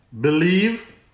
believe